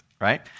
right